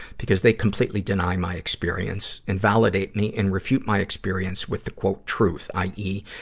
because they completely deny my experience, invalidate me, and refute my experience with the truth i. e.